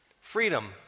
Freedom